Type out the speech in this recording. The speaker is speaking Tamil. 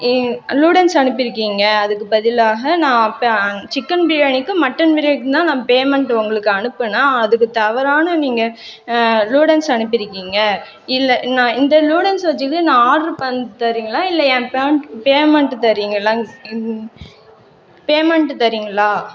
லூடன்ஸ் அனுப்பியிருக்கீங்க அதுக்கு பதிலாக நான் பெ சிக்கன் பிரியாணிக்கும் மட்டன் பிரியாணிக்கும்தான் நான் பேமண்ட் உங்களுக்கு அனுப்பினேன் அதுக்கு தவறாக நீங்கள் லூடன்ஸ் அனுப்பியிருக்கீங்க இல்லை நான் இந்த லூடன்ஸ் வெச்சுட்டு நான் ஆர்டரு பண்ணிணது தரீங்களா இல்லை என் பேம் பேமண்ட்டு தரீங்களா இன் பேமண்ட்டு தரீங்களா